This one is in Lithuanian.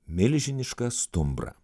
milžinišką stumbrą